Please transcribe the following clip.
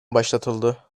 başlatıldı